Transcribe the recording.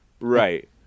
right